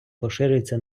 поширюється